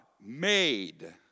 made